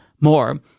more